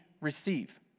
receive